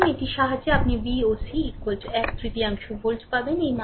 সুতরাং এটির সাহায্যে আপনি VOC এক তৃতীয়াংশ ভোল্ট পাবেন